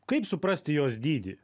kaip suprasti jos dydį